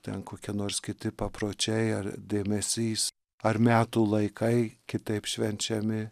ten kokie nors kiti papročiai ar dėmesys ar metų laikai kitaip švenčiami